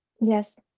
yes